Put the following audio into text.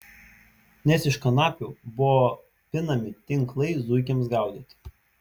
nes iš kanapių buvo pinami tinklai zuikiams gaudyti